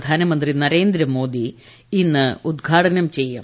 പ്രധാനമന്ത്രി നരേന്ദ്രമോദി ഇന്ന് ഉദ്ഘാടനം ചെയ്യും